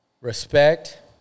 Respect